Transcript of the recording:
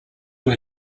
were